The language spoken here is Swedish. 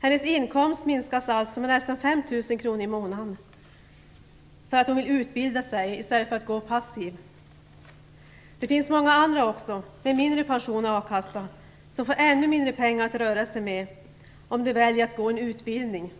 Kvinnans inkomst minskar alltså med nästan 5 000 kr i månaden, därför att hon vill utbilda sig i stället för att vara passiv. Många andra med mindre pension och a-kassa får ännu mindre pengar att röra sig med om de väljer att gå en utbildning.